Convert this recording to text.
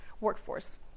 workforce